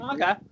Okay